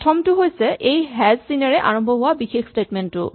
প্ৰথমটো হৈছে এই হেজ চিনেৰে আৰম্ভ হোৱা বিশেষ স্টেটমেন্ট টো